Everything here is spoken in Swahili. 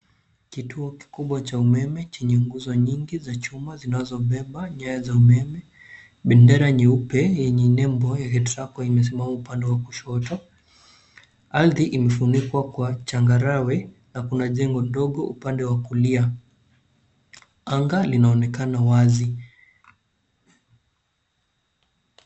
Kituo kikubwa cha umeme chenye nguzo nyingi za chuma zinazobeba nyaya za umeme. Bendera nyeupe yenye nembeo ya KETRACO umesimama upande wa kushoto. Ardhi umefunikwa kwa changarawe na kuna jengo ndogo upande wa kulia. Anga linaonekana wazi.